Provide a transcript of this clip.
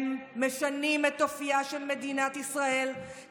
הם משנים את אופייה של המדינה כדי